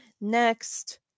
next